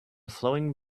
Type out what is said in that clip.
flowing